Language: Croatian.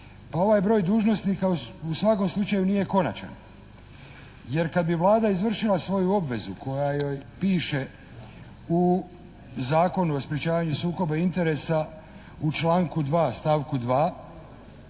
Pa ovaj je broj dužnosnika, u svakom slučaju nije konačan. Jer kad vi Vlada izvršila svoju obvezu koja joj piše u Zakonu o sprječavanju sukoba interesa u članku 2. stavku 2.